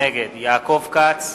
נגד יעקב כץ,